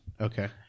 Okay